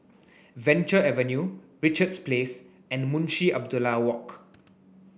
Venture Avenue Richards Place and Munshi Abdullah Walk